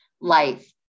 life